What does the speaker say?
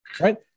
right